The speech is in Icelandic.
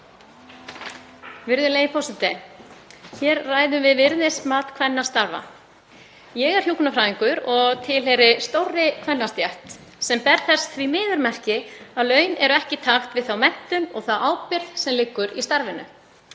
Virðulegi forseti. Hér ræðum við virðismat kvennastarfa. Ég er hjúkrunarfræðingur og tilheyri stórri kvennastétt sem ber þess því miður merki að laun eru ekki í takt við þá menntun og þá ábyrgð sem liggur í starfinu.